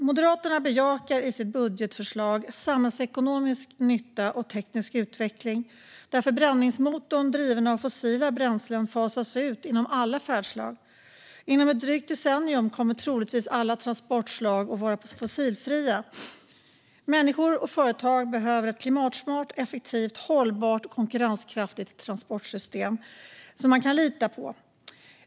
Moderaterna bejakar i sitt budgetförslag samhällsekonomisk nytta och teknisk utveckling där förbränningsmotorn driven av fossila bränslen fasas ut inom alla färdslag. Inom ett drygt decennium kommer troligtvis alla transportslag att vara fossilfria. Människor och företag behöver ett klimatsmart, effektivt, hållbart och konkurrenskraftigt transportsystem som de kan lita på.